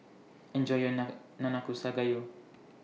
Enjoy your Nanakusa Gayu